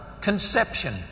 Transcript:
conception